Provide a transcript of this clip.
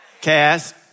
cast